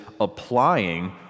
applying